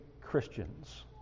Christians